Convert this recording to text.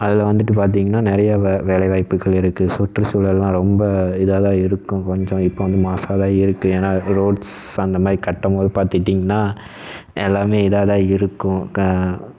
அதில் வந்துட்டு பார்த்தீங்கனா நிறையா வே வேலைவாய்ப்புகள் இருக்குது சுற்றுசூழல்லாம் ரொம்ப இதெல்லாம் இருக்கும் கொஞ்சம் இப்போ வந்து மாசாக தான் இருக்குது ஏன்னால் ரோட்ஸ் அந்த மாதிரி கட்டும்போது பார்த்துட்டிங்னா எல்லாமே இதாக தான் இருக்கும் கா